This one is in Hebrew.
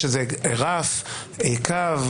יש איזה רף, קו?